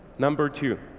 number two,